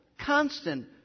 constant